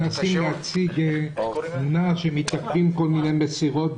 למה מנסים להציג תמונה שמתעכבים כל מיני מסירות,